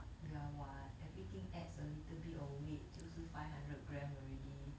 ya what everything adds a little bit of weight 就是 five hundred gram already